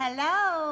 Hello